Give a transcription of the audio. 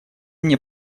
мне